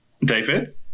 David